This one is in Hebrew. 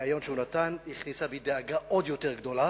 בריאיון שהוא נתן, הכניסה בי דאגה עוד יותר גדולה,